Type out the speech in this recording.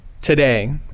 today